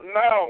no